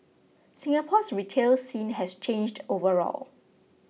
Singapore's retail scene has changed overall